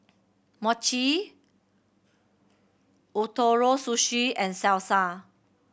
Mochi Ootoro Sushi and Salsa